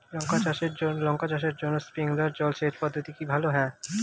লঙ্কা চাষের জন্য স্প্রিংলার জল সেচ পদ্ধতি কি ভালো?